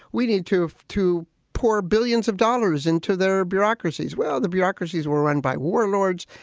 we need to to pour billions of dollars into their bureaucracies. well, the bureaucracies were run by warlords.